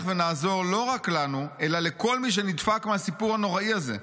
ונעזור לא רק לנו אלא לכל מי שנדפק מהסיפור הנוראי הזה.